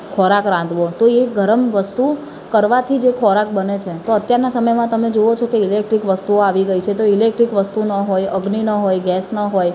ખોરાક રાંધવો તો એ ગરમ વસ્તુ કરવાથી જે ખોરાક બને છે તો અત્યારના સમયમાં તમે જુઓ છો કે ઇલૅક્ટ્રિક વસ્તુઓ આવી ગઇ છે તો ઇલૅક્ટ્રિક વસ્તુ ન હોય અગ્નિ ન હોય ગૅસ ન હોય